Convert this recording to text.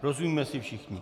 Rozumíme si všichni?